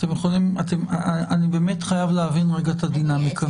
אני באמת חייב להבין רגע את הדינמיקה.